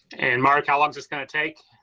and mark ah like this gonna take?